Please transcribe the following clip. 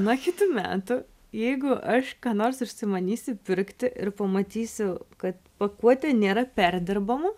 nuo kitų metų jeigu aš ką nors užsimanysiu pirkti ir pamatysiu kad pakuotė nėra perdirbamų